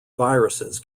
viruses